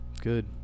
Good